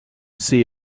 see